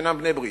שאינם בני-ברית.